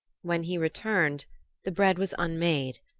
when he returned the bread was unmade,